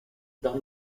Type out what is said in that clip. dans